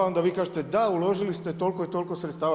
Onda vi kažete, da uložili ste toliko i toliko sredstva.